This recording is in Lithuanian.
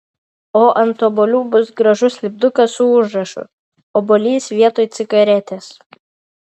o ant obuolių bus gražus lipdukas su užrašu obuolys vietoj cigaretės